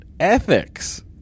Ethics